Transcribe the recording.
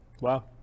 wow